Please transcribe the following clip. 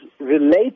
related